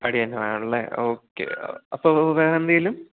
തടി തന്നെ വേണമല്ലേ ഓക്കേ അപ്പോൾ വേറെന്തെങ്കിലും